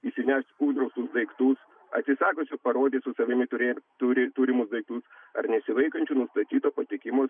įsinešt uždraustus daiktus atsisakiusių parodyt su savimi turė turi turimus daiktus ar nesilaikančių nustatyto patekimo